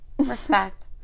Respect